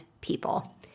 people